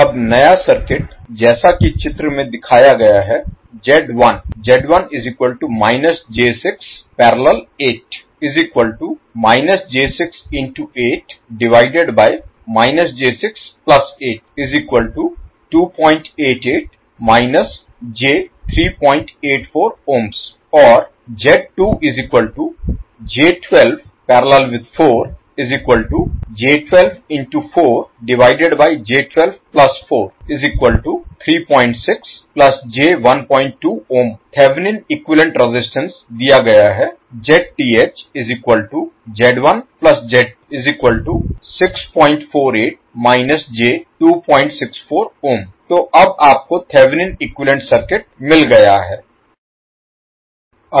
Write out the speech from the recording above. अब नया सर्किट जैसा कि चित्र में दिखाया गया है और थेवेनिन इक्विवैलेन्ट रेजिस्टेंस दिया गया है तो अब आपको थेवेनिन इक्विवैलेन्ट सर्किट मिल गया है